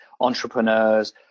entrepreneurs